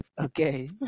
Okay